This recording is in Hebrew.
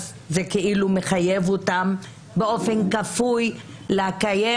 זה כאילו מחייב אותם באופן כפוי לקיים